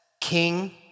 king